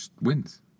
wins